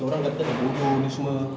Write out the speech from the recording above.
macam orang kata bodoh ni semua